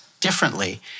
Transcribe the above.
differently